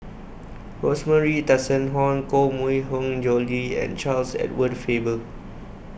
Rosemary Tessensohn Koh Mui Hiang Julie and Charles Edward Faber